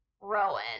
rowan